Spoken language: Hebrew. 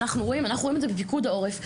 שאנחנו רואים אנחנו רואים את זה בפיקוד העורף,